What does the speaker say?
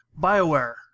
Bioware